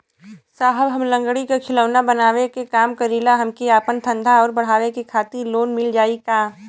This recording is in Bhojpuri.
साहब हम लंगड़ी क खिलौना बनावे क काम करी ला हमके आपन धंधा अउर बढ़ावे के खातिर लोन मिल जाई का?